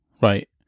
right